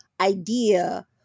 idea